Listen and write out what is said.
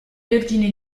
vergine